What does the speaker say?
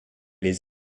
les